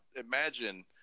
imagine